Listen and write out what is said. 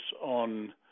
on